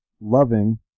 Loving